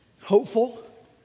Hopeful